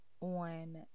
on